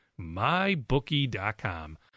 mybookie.com